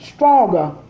stronger